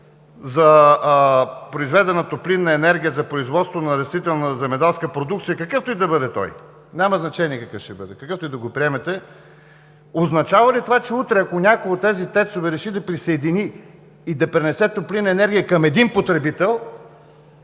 за произведена топлинна енергия за производство на растителна земеделска продукция – какъвто и да бъде той, няма значение какъв ще бъде, какъвто и да го приемете, означава ли това, че утре, ако някой от тези ТЕЦ-ове реши да присъедини и да пренесе топлинна енергия към един потребител,